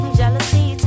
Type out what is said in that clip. jealousy